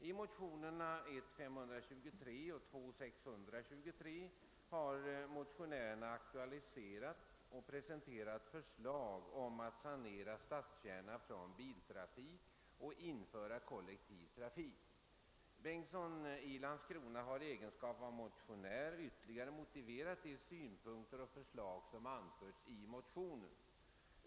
I motionsparet I: 523 och II: 613 har presenterats förslag om att sanera stadskärnorna från biltrafik och införa kollektiv trafik. Herr Bengtsson i Landskrona har i egenskap av motionär ytterligare motiverat de synpunkter och förslag som framförts i motionerna.